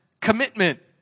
commitment